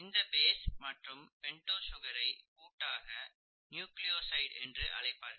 இந்த பேஸ் மற்றும் பெண்டோஸ் சுகரை கூட்டாக நியூக்ளியோசைடி என்று அழைப்பார்கள்